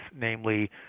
namely